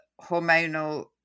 hormonal